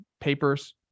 papers